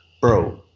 bro